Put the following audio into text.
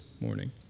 morning